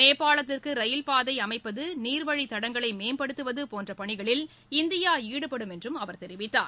நேபாளத்திற்கு ரயில் பாதை அமைப்பது நீர்வழித் தடங்களை மேம்படுத்துவது போன்ற பணிகளில் இந்தியா ஈடுபடும் என்றும் தெரிவித்தார்